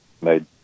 made